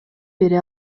бере